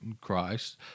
Christ